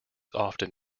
often